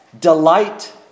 delight